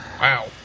Wow